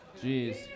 Jeez